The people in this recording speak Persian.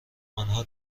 آنها